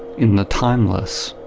in the timeless,